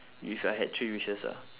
if I had three wishes ah